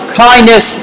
kindness